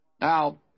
Now